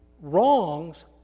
Wrongs